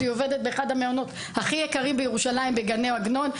היא עובדת באחד המעונות הכי יקרים בירושלים בגני עגנון.